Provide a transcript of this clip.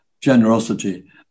generosity